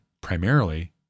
primarily